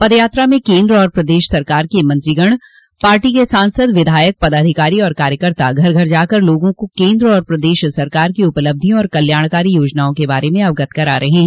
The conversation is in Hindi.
पदयात्रा में केन्द्र तथा प्रदेश सरकार के मंत्री गण पाटो के सांसद विधायक पदाधिकारी और कार्यकर्ता घर घर जाकर लोगों को केन्द्र और प्रदेश सरकार की उपलब्धियों और कल्याणकारी योजनाओं के बारे में अवगत करा रहे हैं